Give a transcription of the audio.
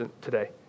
today